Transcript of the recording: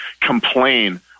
complain